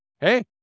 hey